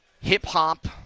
hip-hop